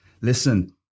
listen